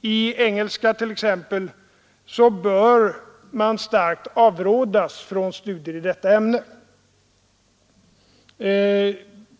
i engelska så bör man starkt avrådas från studier i detta ämne.